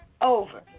over